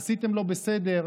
עשיתם לא בסדר,